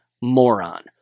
Moron